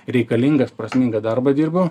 reikalingas prasmingą darbą dirbu